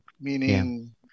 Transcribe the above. Meaning